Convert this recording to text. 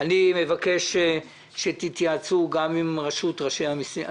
אני מבקש שתתייעצו גם עם רשות המסים.